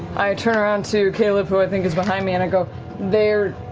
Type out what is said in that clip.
i i turn around to caleb, who i think is behind me, and i go there